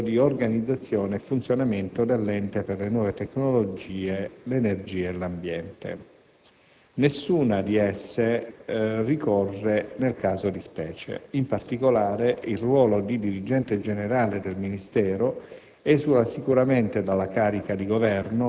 recante regolamento di organizzazione e funzionamento dell'Ente per le nuove tecnologie, l'energia e l'ambiente. Nessuna di esse ricorre nel caso di specie; in particolare, il ruolo di dirigente generale del Ministero